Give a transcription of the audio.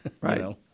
right